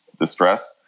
distress